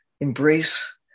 embrace